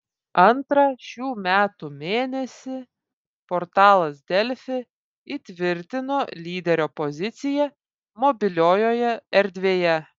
antrą šių metų mėnesį portalas delfi įtvirtino lyderio poziciją mobiliojoje erdvėje